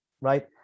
right